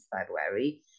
February